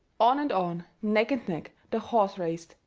on and on, neck and neck, the horses raced.